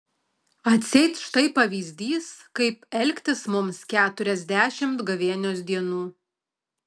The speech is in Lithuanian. atseit štai pavyzdys kaip elgtis mums keturiasdešimt gavėnios dienų